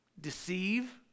Deceive